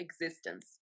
existence